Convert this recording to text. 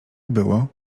było